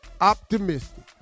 Optimistic